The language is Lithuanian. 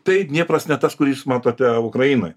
tai dniepras ne tas kurį jūs matote ukrainoj